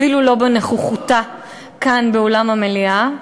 אפילו לא בנוכחותה כאן באולם המליאה,